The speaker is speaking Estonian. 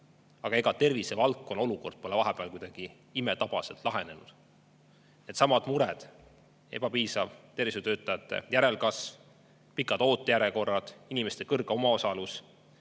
Aga ega tervisevaldkonna olukord pole vahepeal kuidagi imetabaselt lahenenud. Needsamad mured, ebapiisav tervishoiutöötajate järelkasv, pikad ootejärjekorrad, inimeste kõrge omaosalus